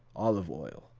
olive oil,